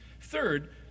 Third